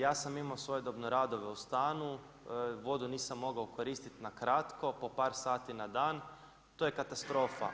Ja sam imamo svojedobno radove u stanu, vodu nisam mogao koristiti na kratko, po par sati na dan, to je katastrofa.